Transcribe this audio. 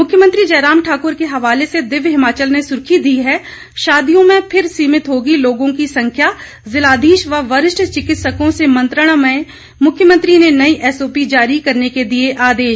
मुख्यमंत्री जयराम ठाकुर के हवाले से दिव्य हिमाचल ने सुर्खी दी है शादियों में फिर सीमित होगी लोगों की संख्या जिलाधीश व वरिष्ठ चिकित्सकों से मंत्रणा में मुख्यमंत्री ने नई एसओपीजारी करने के दिए आदेश